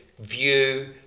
view